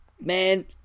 Man